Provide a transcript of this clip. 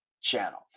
channel